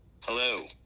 Hello